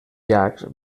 llacs